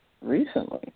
recently